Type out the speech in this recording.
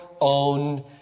own